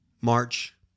March